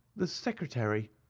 the secretary,